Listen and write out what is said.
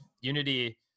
Unity